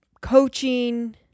coaching